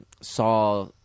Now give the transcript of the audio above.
saw